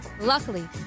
Luckily